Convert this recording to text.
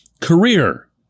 career